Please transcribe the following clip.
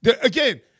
Again